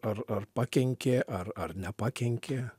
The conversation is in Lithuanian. ar ar pakenkė ar ar nepakenkė